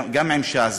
גם עם ש"ס,